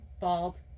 bald